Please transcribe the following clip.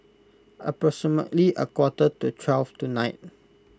approximately a quarter to twelve tonight